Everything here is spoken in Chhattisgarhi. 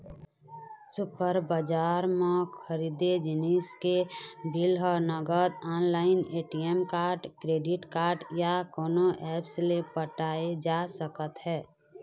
सुपर बजार म खरीदे जिनिस के बिल ह नगद, online, ATM card, credit card या कोनो ऐप्स ले पटाए जा सकत हे